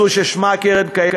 הזו, ששמה קרן קיימת,